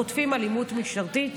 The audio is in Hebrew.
חוטפים אלימות משטרתית.